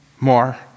more